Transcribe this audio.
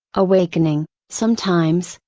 awakening, sometimes,